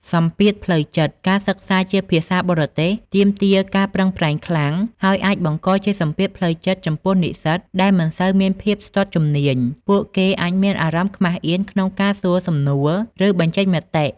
សម្ពាធផ្លូវចិត្ត ការសិក្សាជាភាសាបរទេសទាមទារការប្រឹងប្រែងខ្លាំង ហើយអាចបង្កជាសម្ពាធផ្លូវចិត្តចំពោះនិស្សិតដែលមិនសូវមានភាពស្ទាត់ជំនាញ ពួកគេអាចមានអារម្មណ៍ខ្មាសអៀនក្នុងការសួរសំណួរ ឬបញ្ចេញមតិ។